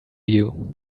you